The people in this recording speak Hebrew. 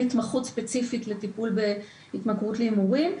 התמחות ספציפית בטיפול בהתמכרות להימורים.